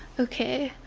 okay,